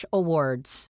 awards